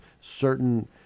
certain